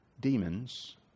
demons